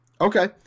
Okay